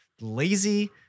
lazy